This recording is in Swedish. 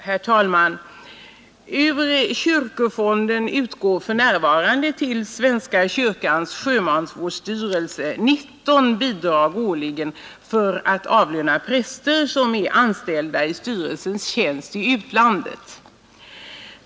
Herr talman! Ur kyrkofonden utgår för närvarande till svenska kyrkans sjömansvårdsstyrelse 19 bidrag årligen för avlönande av präster som är anställda i styrelsens tjänst i utlandet.